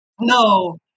No